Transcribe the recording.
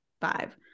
five